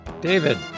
david